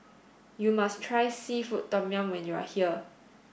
you must try seafood Tom Yum when you are here